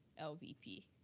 LVP